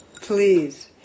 Please